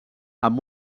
amb